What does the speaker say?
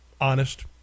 honest